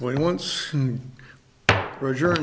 once roger